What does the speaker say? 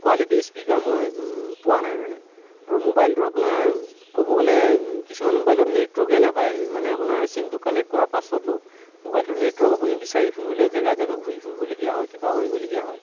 quality speaker মই পোৱা নাই মানে আৰু ম'বাইলটো আপোনাৰ ক'ব গ'লে কিছুমান ম'বাইলত নেটৱৰ্কে নাপায় ইমানে আপোনাৰ চিমটো কানেক্ট কৰাৰ পাছতো ম'বাইলটোৰ নেটৱ'ৰ্ক আপুনি বিচাৰি ফুৰিবলৈ জেগাই জেগাই ঘূৰি ফূৰিবলগীয়া হয় কিবা কৰিবলগীয়া হয়